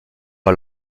par